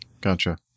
Gotcha